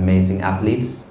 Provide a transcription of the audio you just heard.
amazing athletes,